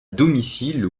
domicile